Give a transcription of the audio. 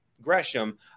Gresham